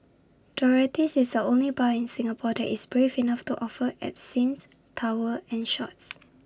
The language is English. Dorothy's is the only bar in Singapore that is brave enough to offer absinthe towers and shots